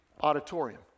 auditorium